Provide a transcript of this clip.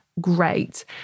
great